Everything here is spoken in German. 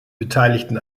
beteiligten